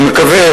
אני מקווה,